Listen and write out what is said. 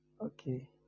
okay